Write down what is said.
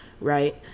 right